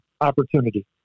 opportunity